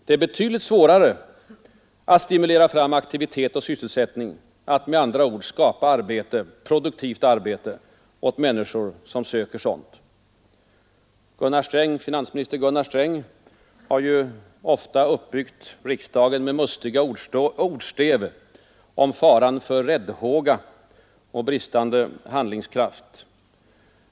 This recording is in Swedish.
Det är betydligt svårare att stimulera fram aktivitet och sysselsättning, att med andra ord skapa produktivt arbete åt människor som söker sådant. Finansminister Gunnar Sträng har ofta uppbyggt riksdagen med mustiga ordstäv om faran för räddhåga och bristande handlingskraft.